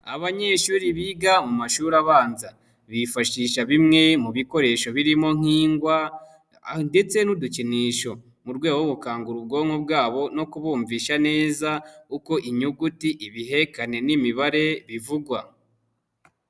Abanyeshuri biga mu mashuri abanza bifashisha bimwe mu bikoresho birimo nk'ingwa ndetse n'udukinisho mu rwego rwo gukangura ubwonko bwabo no kubumvisha neza uko inyuguti, ibihekane n'imibare bivugwa.